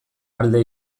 alde